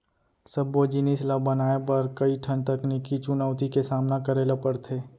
सबो जिनिस ल बनाए बर कइ ठन तकनीकी चुनउती के सामना करे ल परथे